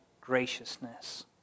graciousness